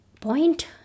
Point